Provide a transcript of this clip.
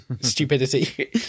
stupidity